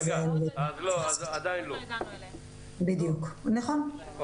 אז עדיין לא, תודה.